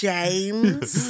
James